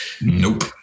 Nope